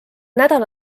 nädal